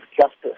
justice